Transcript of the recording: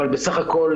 אבל בסך הכול